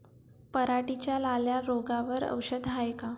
पराटीच्या लाल्या रोगावर औषध हाये का?